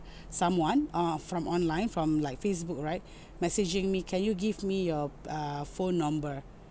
someone uh from online from like Facebook right messaging me can you give me your uh phone number